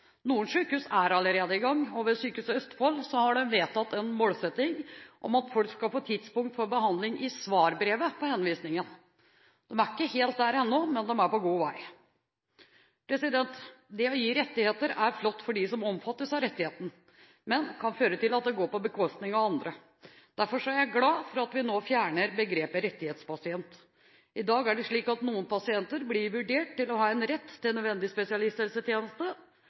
Noen sykehus er allerede i gang, og ved Sykehuset Østfold har de vedtatt en målsetting om at folk skal få tidspunkt for behandling i svarbrevet på henvisningen. De er ikke helt der ennå, men de er på god vei. Det å gi rettigheter er flott for dem som omfattes av rettigheten, men det kan føre til at det går på bekostning av andre. Derfor er jeg glad for at vi nå fjerner begrepet «rettighetspasient». I dag er det slik at noen pasienter blir vurdert til å ha rett til nødvendig spesialisthelsetjeneste